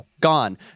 gone